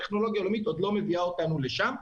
הטכנולוגיה העולמית עוד לא מביאה אותנו לשם.